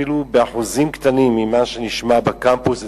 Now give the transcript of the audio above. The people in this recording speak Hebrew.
אפילו באחוזים קטנים ממה שנשמע בקמפוס אצלנו,